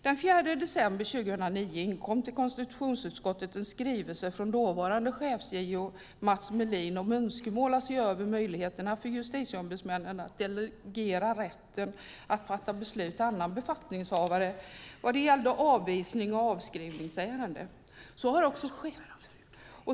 Den 4 december 2009 inkom till konstitutionsutskottet en skrivelse från dåvarande chefs-JO Mats Melin med önskemål om att se över möjligheterna för Justitieombudsmännen att delegera rätten att fatta beslut till annan befattningshavare vad gällde avvisnings och avskrivningsärenden. Så har också skett.